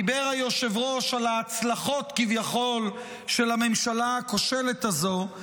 דיבר היושב-ראש על ההצלחות כביכול של הממשלה הכושלת הזו,